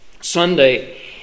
Sunday